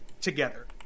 together